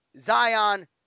Zion